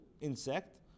insect